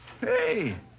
Hey